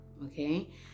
okay